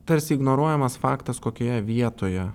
tarsi ignoruojamas faktas kokioje vietoje